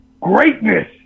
greatness